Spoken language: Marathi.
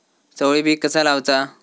चवळी पीक कसा लावचा?